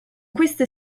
queste